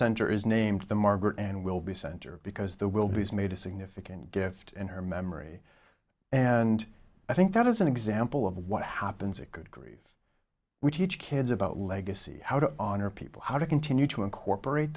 center is named the margaret and will be center because the will these made a significant gift in her memory and i think that is an example of what happens at good grief we teach kids about legacy how to honor people how to continue to incorporate